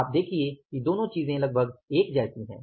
आप देखिए दोनों चीजें लगभग एक जैसी हैं